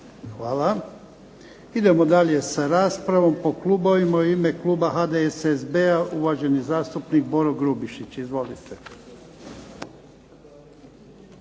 Hvala. Idemo dalje sa raspravom po klubovima. U ime kluba HDSSB-a uvaženi zastupnik Boro Grubišić. Izvolite.